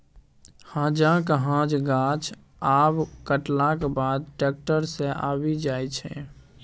हांजक हांज गाछ आब कटलाक बाद टैक्टर सँ आबि जाइ छै